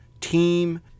team